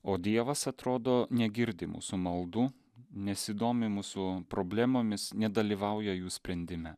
o dievas atrodo negirdi mūsų maldų nesidomi mūsų problemomis nedalyvauja jų sprendime